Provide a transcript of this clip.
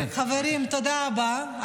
חברים, תודה רבה.